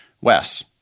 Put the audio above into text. Wes